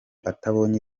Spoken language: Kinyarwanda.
atabonye